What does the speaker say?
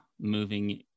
moving